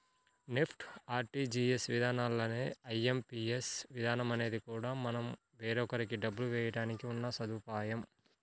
NEFT, RTGS విధానాల్లానే IMPS విధానం అనేది కూడా మనం వేరొకరికి డబ్బులు వేయడానికి ఉన్న సదుపాయం